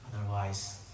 Otherwise